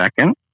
Second